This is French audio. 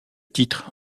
titre